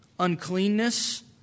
uncleanness